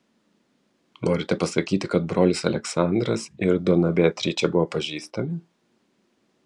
norite pasakyti kad brolis aleksandras ir dona beatričė buvo pažįstami